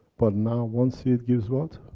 but now one seed gives what?